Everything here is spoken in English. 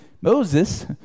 Moses